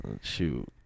Shoot